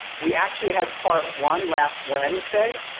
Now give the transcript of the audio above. we actually had part one last wednesday,